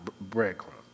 breadcrumbs